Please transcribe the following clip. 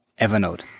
Evernote